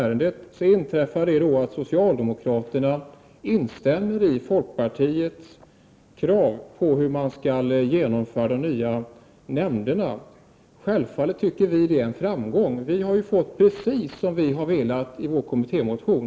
Men så inträffade då det att socialdemokraterna instämde i folkpartiets krav i fråga om de nya nämnderna. Självfallet tycker vi att det är en framgång. Vi har ju fått precis som vi har velat i vår kommittémotion.